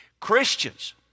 Christians